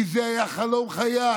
כי זה היה חלום חיי,